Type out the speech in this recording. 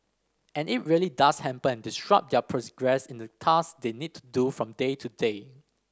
and it really does hamper and disrupt their in the task they need to do from day to day